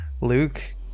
Luke